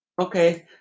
Okay